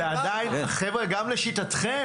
ועדיין, חבר'ה, גם לשיטתכם.